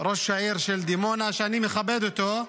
ראש העיר של דימונה, שאני מכבד אותו,